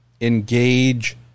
engage